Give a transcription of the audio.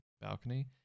balcony